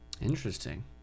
Interesting